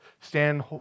stand